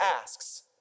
asks